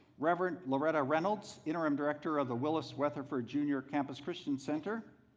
reverend loretta reynolds interim director of the willis weatherford jr. campus christian center,